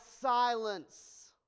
silence